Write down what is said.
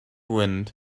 wind